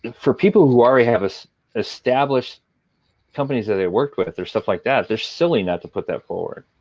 for people who already have so established companies that they've worked with or stuff like that, they're silly not to put that forward,